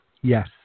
Yes